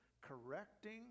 correcting